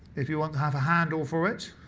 if you want to have a handle over it.